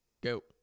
go